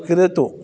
क्रीडतु